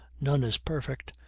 none is perfect,